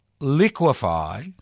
liquefy